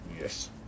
Yes